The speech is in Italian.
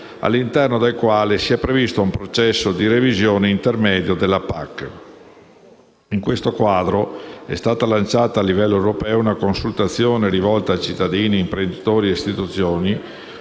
all'interno del quale è previsto un processo di revisione intermedio della PAC. In questo quadro, è stata lanciata a livello europeo una consultazione rivolta a cittadini, imprenditori e istituzioni